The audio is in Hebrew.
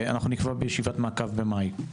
אנחנו נקבע ישיבת מעקב במאי,